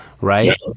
right